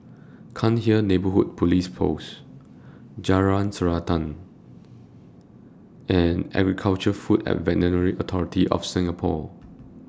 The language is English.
Cairnhill Neighbourhood Police Post Jalan Srantan and Agri Food and Veterinary Authority of Singapore